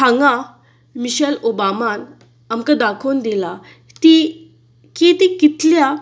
हांगा मिशेल ओबामान आमकां दाखोवन दिला की ती कितल्या